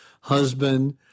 husband